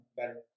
better